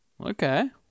okay